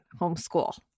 homeschool